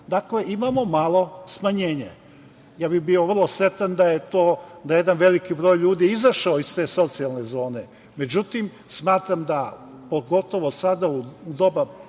dakle, imamo malo smanjenje. Ja bih bio vrlo srećan da je jedan veliki broj ljudi izašao iz te socijalne zone, međutim, smatram da pogotovo sada u doba